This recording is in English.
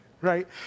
right